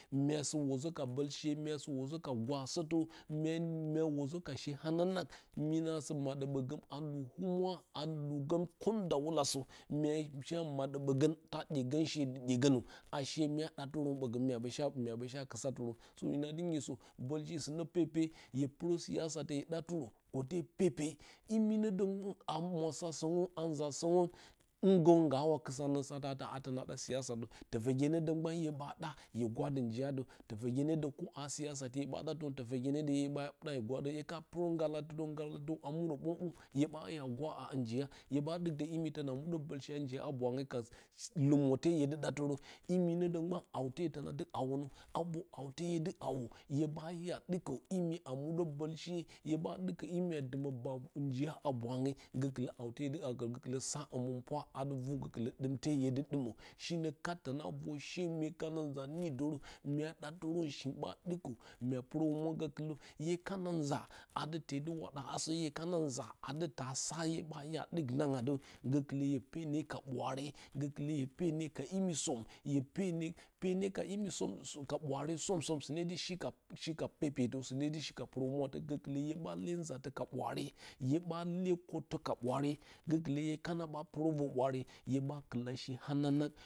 Muasɨ uzə ka bolshe muasɨ uzə ka gwasətə mya mya uzə kashe hanang mya na sɨ maɗə ɓogə a lu humwa a lugəm kondawulasə mya sha muɗə ɓgə ta luegoushdɨ iyegonə ushe mya datɨrən ɓogən mya ɓo sha mya ɓo sha kɨtsatɨrən sinə na dɨ nyisə bolsha sɨnə pepe hye purə siyasa hue di tirə kote pepe iminədə a mwasa sərə a nzasərən ungorə nga wa kɨɨsa nə satati adə na da siyasa tofəge nə də gban hue ɓa ɗa hye guradə njiya dow tofəgye na da siyasa hye ɓa datɨrə lofagye nə də hye ɓa ɗa hye gwodə hye ka purə ngalatɨ dow ngalatɨdow a muɗə bongbou hyeba tafa guraha njiya hye ɓa ɗɨkdə imi tona muɗə bolshe a njiya na bwanghe ka ka lɨməte hye dɨ ɗatɨrə iminodə gban hawte tona dɨ hawonə a vor haute hye dɨ hawə hye ɓa siyasa dɨko imi a mudə bolshe hye ɓa dɨkə ima a dumə ba njiha ha bwange gə kɨlə hawte hye dɨ hwawo gokɨ lə sa həmɨn pwa a dɨ vu gokɨ alturn dɨmte hye dɨ dɨmə shinə kat tona vor she mye kana nza nidərə mye ɗaterə she ɓa ɗɨkə mya purə humwa gokɨlə hye kana nza adɨ tedɨ wa ɗa asaturun hye kana nza adɨ tasa hye ba dɨk nangua də gokɨla hye pene ka bwaare gokɨlə hye pene ka imi som, hye pene pene ka imi som som ka bwaare som som, sɨ ne di shi ka, shi ka pepetə sɨ ne dɨ shi ka prohumwatə gokɨla hue ɓa lo unatə ka bwaaare hue ɓa le kottə ka bwaare gokɨ lə hua kamɓa purə ror bwaare hue ɓa kɨla she hananang.